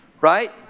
Right